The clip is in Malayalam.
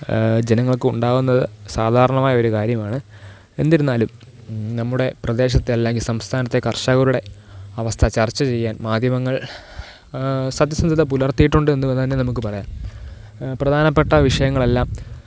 ജനങ്ങള്ക്ക് ഉണ്ടാവുന്നത് സാധാരണമായ ഒരു കാര്യമാണ് എന്നിരുന്നാലും നമ്മുടെ പ്രദേശത്തെ അല്ലെങ്കിൽ സംസ്ഥാനത്തെ കര്ഷകരുടെ അവസ്ഥ ചര്ച്ച ചെയ്യാന് മാധ്യമങ്ങള് സത്യസന്ധത പുലര്ത്തിയിട്ടുണ്ടെന്ന് തന്നെ നമുക്ക് പറയാം പ്രധാനപ്പെട്ട വിഷയങ്ങളെല്ലാം